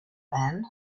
then